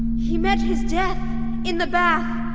he met his death in the bath.